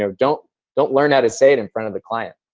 so don't don't learn how to say it in front of the client.